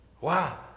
Wow